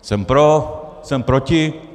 Jsem pro, jsem proti.